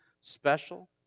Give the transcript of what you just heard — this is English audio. special